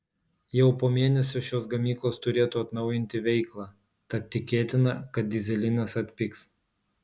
jau po mėnesio šios gamyklos turėtų atnaujinti veiklą tad tikėtina kad dyzelinas atpigs